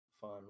fun